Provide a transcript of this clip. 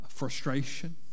Frustration